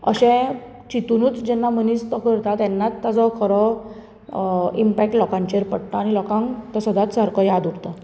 अशें चितुनूच जेन्ना मनीस तो करता तेन्नाच ताचो खरो इमपेक्ट लोकांचेर पडटा लोकांक तो सदांच सारको याद उरता